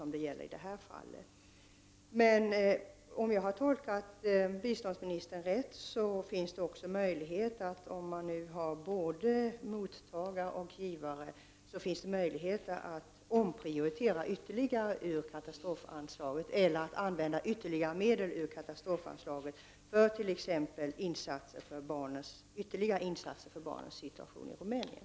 Om jag har tolkat biståndsministern rätt att det finns både mottagare och givare, finns det möjligheter att omprioritera ytterligare i katastrofanslaget eller att använda ytterligare medel ur katastrofanslaget för t.ex. vidare insatser för barnens situation i Rumänien.